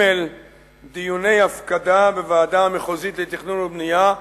שלב ג' דיוני הפקדה בוועדה המחוזית לתכנון ובנייה.